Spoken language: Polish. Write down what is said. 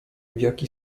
jaki